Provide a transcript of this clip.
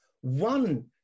one